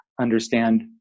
understand